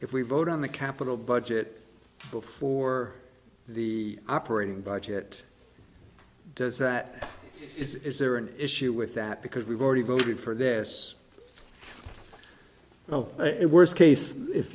if we vote on the capital budget before the operating budget does that is there an issue with that because we've already voted for this it worst case if